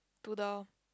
to the